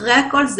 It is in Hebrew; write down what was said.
אחרי הכול,